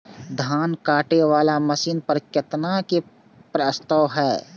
धान काटे वाला मशीन पर केतना के प्रस्ताव हय?